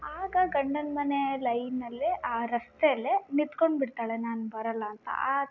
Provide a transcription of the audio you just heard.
ಆಗ ಗಂಡನ ಮನೆ ಲೈನಲ್ಲೇ ಆ ರಸ್ತೆ ಅಲ್ಲೇ ನಿತ್ಕೊಂಡು ಬಿಡ್ತಾಳೆ ನಾನು ಬರೋಲ್ಲ ಅಂತ ಆ